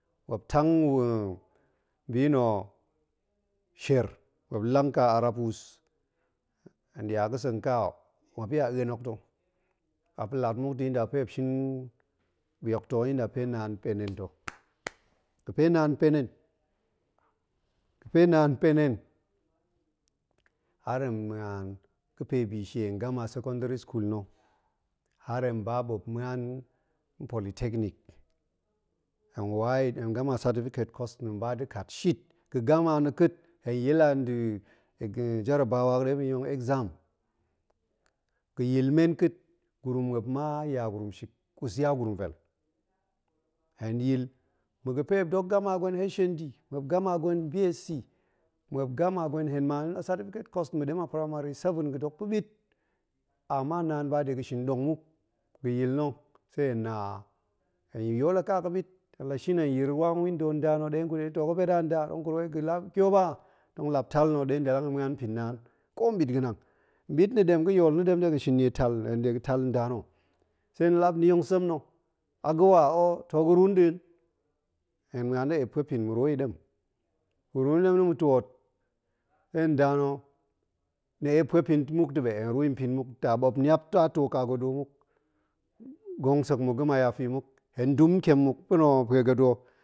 Muop tang sher, muop lang ƙa arar wus, hen d'ia ga̱seng ƙa wo, muop ni a a̱en hok to, apa̱ lat muk ta̱ a yinda ga̱ fe muop shin bi hok ta̱, yinda ga̱fe naan pen hen ta̱ ga̱ fe naan pen hen-ga̱ fve naan pen hen, har hen ma̱an ga̱pe bi shie har hen gama secondary school na̱, har hen ba ɓuop ma̱an npolitechnic, hen wa i, hen gama certificate course na̱ hen ba da̱ kat shit. ga̱ gama na̱ ka̱a̱t hen yil a nda̱ jarabawa ga̱ ɗe muop tong yong exam. ga̱ yil men ka̱a̱t, gurum muop ma yagurum shik, ƙus yagurum vel. hen yil. ma̱ ga̱ fe muop dok gama gwen hnd, muop gama gwen bsc, muop gama, hen maan a certificate course, ma̱ ɗem a gwen primary seven ga̱ dok pa̱ɓit, ama naan ba de ga̱n shin ɗong muk, ga̱ yil na̱ se hen na, hen yool a ƙa ga̱ ɓit, hen la shin hen yir wa window nda na̱ ɗe hen kut wai to ga̱ pet a nda, tong kut wai ga̱ lap ƙiop a, tong lap tal na̱ ɗe hen ɗalang i ma̱an npin naan, ko nɓit ga̱nang. nɓit na̱ ɗem ga̱ yool na̱ ɗem de ga̱n shin niel tal, de ga̱n tal nda na̱, se ni lap, ni yong sem na̱, a ga̱ wa, o, to ga̱ ruu nɗin. hen ma̱an da̱ ep puepin, mu ruu i ɗem, mu ɗem da̱ ma̱ twoot, se nda na̱, ni ep puepin muk ta̱ ɓe, hen ruu i npin muk, ta ɓuop niap ta too ka godo muk, gong sek muk ga̱ mayafi muk, hen dum ƙiem muk pa̱na̱ o pue godo hok